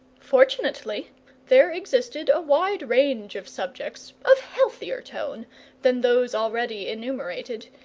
fortunately there existed a wide range of subjects, of healthier tone than those already enumerated,